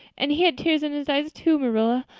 and he had tears in his eyes too, marilla.